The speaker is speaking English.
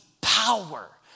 power